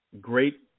great